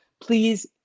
please